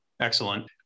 Excellent